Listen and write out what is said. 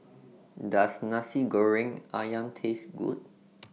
Does Nasi Goreng Ayam Taste Good